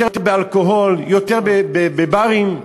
יותר באלכוהול, יותר בברים,